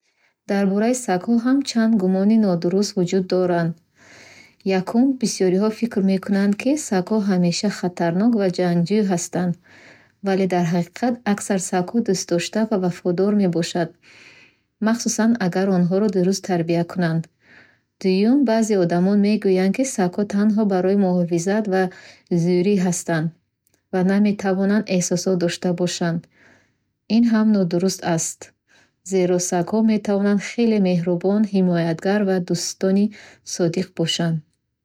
Дар бораи сагҳо ҳам чанд гумони нодуруст вуҷуд доранд. Якум, бисёриҳо фикр мекунанд, ки сагҳо ҳамеша хатарнок ва ҷангҷӯ ҳастанд. Вале дар ҳақиқат, аксар сагҳо дӯстдошта ва вафодор мебошад, махсусан агар онҳоро дуруст тарбия кунанд. Дуюм, баъзе одамон мегӯянд, ки сагҳо танҳо барои муҳофизат ва зӯрӣ ҳастанд ва наметавонанд эҳсосот дошта бошанд. Ин ҳам нодуруст аст, зеро сагҳо метавонанд хеле меҳрубон, ҳимоятгар ва дӯстони содиқ бошанд.